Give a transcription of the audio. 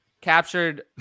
captured